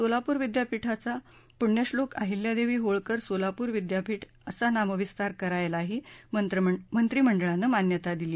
सोलापूर विद्यापीठाचा पूण्यश्लोक अहिल्यादेवी होळकर सोलापूर विद्यापीठ असा नामविस्तार करायलाही मंत्रीमंडळानं मान्यता दिली